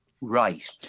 Right